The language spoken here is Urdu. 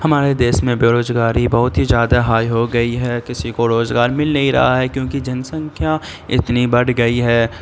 ہمارے دیس میں بےروزگاری بہت ہی زیادہ ہائی ہو گئی ہے کسی کو روزگار مل نہیں رہا ہے کیونکہ جن سنکھیا اتنی بڑھ گئی ہے